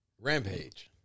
Rampage